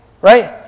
Right